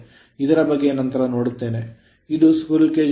ಇದರ ಬಗ್ಗೆ ನಂತರ ನೋಡುತ್ತೇನೆ ಇದು squirrel cage rotor